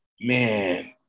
Man